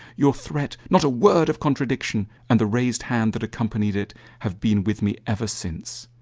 your threat not a word of contradiction and the raised hand that accompanied it have been with me ever since.